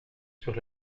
sur